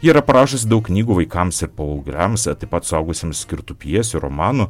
ji yra parašiusi daug knygų vaikams ir paaugliams taip pat suaugusiems skirtų pjesių romanų